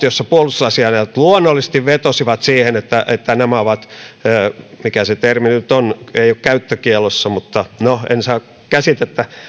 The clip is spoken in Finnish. joissa puolustusasianajajat luonnollisesti vetosivat siihen että että nämä todisteet ovat mikä se termi nyt on käyttökiellossa mutta no en saa käsitettä